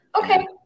Okay